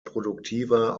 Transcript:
produktiver